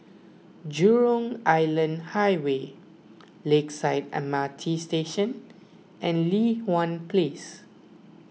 Jurong Island Highway Lakeside M R T Station and Li Hwan Place